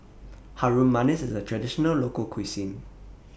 Harum Manis IS A Traditional Local Cuisine